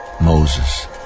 Moses